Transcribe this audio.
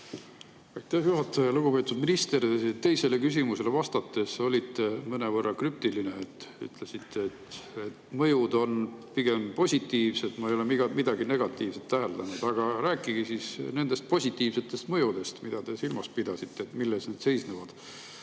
juhataja! Lugupeetud minister! Te teisele küsimusele vastates olite mõnevõrra krüptiline. Ütlesite, et mõju on pigem positiivne, te ei ole midagi negatiivset täheldanud. Aga rääkige siis positiivsest mõjust, mida te silmas pidasite. Milles see seisneb?